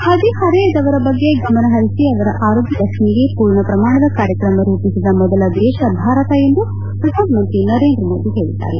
ಹದಿಹರೆಯದವರ ಬಗ್ಗೆ ಗಮನ ಹರಿಸಿ ಅವರ ಆರೋಗ್ಯ ರಕ್ಷಣೆಗೆ ಪೂರ್ಣಪ್ರಮಾಣದ ಕಾರ್ಯಕ್ರಮ ರೂಪಿಸಿದ ಮೊದಲ ದೇಶ ಭಾರತ ಎಂದು ಪ್ರಧಾನಮಂತ್ರಿ ನರೇಂದ್ರ ಮೋದಿ ಹೇಳಿದ್ದಾರೆ